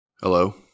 Hello